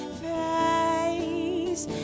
face